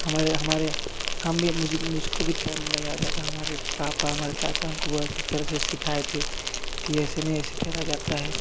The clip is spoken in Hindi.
हमारे हमारे हम भी मुझे मुझको भी तैरना नहीं आता था हमारे पापा हमारे चाचा हमको बहुत अच्छी तरह से सीखाये थे कि ऐसे नहीं ऐसे तैरा जाता है